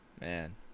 Man